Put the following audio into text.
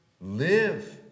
live